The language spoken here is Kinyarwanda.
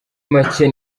macye